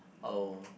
oh